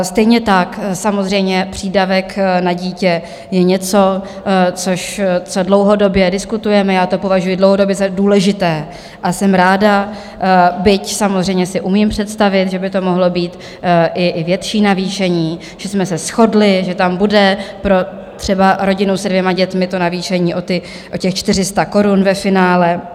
Stejně tak samozřejmě přídavek na dítě je něco, co dlouhodobě diskutujeme, já to považuji dlouhodobě za důležité a jsem ráda, byť samozřejmě si umím představit, že by to mohlo být i větší navýšení, že jsme se shodli, že tam bude pro třeba rodinu se dvěma dětmi navýšení o 400 korun ve finále.